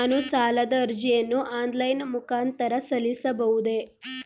ನಾನು ಸಾಲದ ಅರ್ಜಿಯನ್ನು ಆನ್ಲೈನ್ ಮುಖಾಂತರ ಸಲ್ಲಿಸಬಹುದೇ?